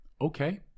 Okay